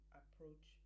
approach